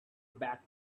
back